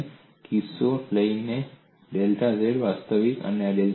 આપણે તે કિસ્સો લઈશું કે ડેલ્ટા z વાસ્તવિક છે